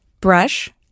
brush